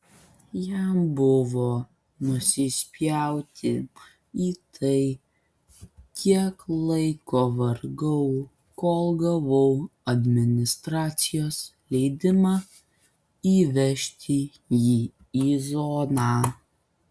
jam buvo nusispjauti į tai kiek laiko vargau kol gavau administracijos leidimą įvežti jį į zoną